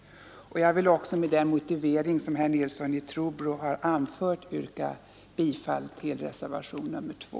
Med den motivering som herr Nilsson i Trobro har anfört vill jag också yrka bifall till reservationen 2.